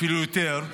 אפילו יותר,